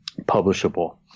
publishable